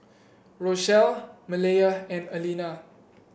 Rochelle Maleah and Allena